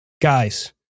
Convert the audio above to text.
guys